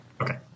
Okay